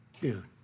dude